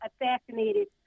assassinated